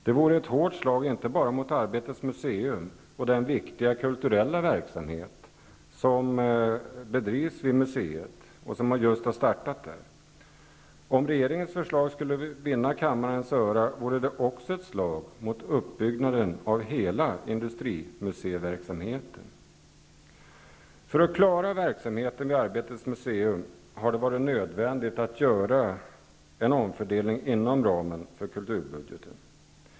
Det vore ett hårt slag inte bara mot Arbetets museum och den viktiga kulturella verksamhet som bedrivs vid museet och som just har startats. Om regeringens förslag skulle vinna kammarens gehör är det också ett slag mot uppbyggnaden av hela industrimuseiverksamheten. För att klara verksamheten vid Arbetets museum har det varit nödvändigt att göra en omfördelning inom ramen för kulturbudgeten.